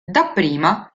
dapprima